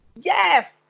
Yes